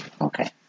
Okay